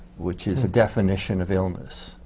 which is a definition of illness,